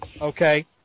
okay